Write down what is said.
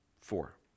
Four